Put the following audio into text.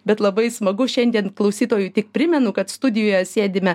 bet labai smagu šiandien klausytojui tik primenu kad studijoje sėdime